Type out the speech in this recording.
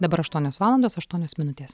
dabar aštuonios valandos aštuonios minutės